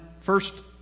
First